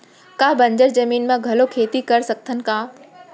का बंजर जमीन म घलो खेती कर सकथन का?